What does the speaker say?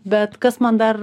bet kas man dar